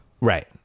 right